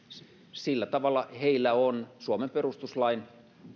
sillä tavalla heillä on suomen perustuslain